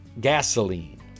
gasoline